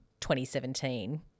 2017